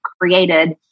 created